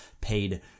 paid